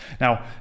Now